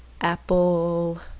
Apple